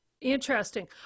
Interesting